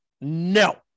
no